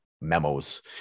memos